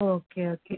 okay okay